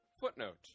Footnote